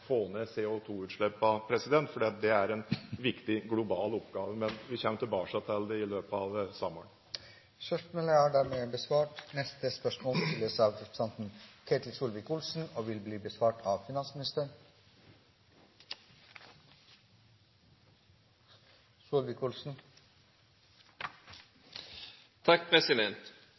få ned CO2-utslippene, for det er en viktig global oppgave. Vi kommer tilbake til det i løpet av